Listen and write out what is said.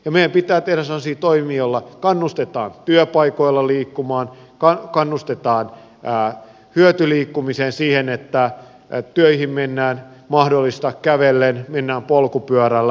meidän pitää tehdä sellaisia toimia joilla kannustetaan työpaikoilla liikkumaan kannustetaan hyötyliikkumiseen siihen että töihin mennään jos mahdollista kävellen mennään polkupyörällä